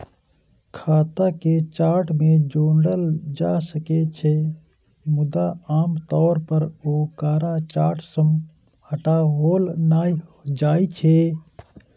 खाता कें चार्ट मे जोड़ल जा सकै छै, मुदा आम तौर पर ओकरा चार्ट सं हटाओल नहि जाइ छै